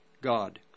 God